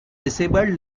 disabled